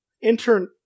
intern